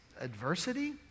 adversity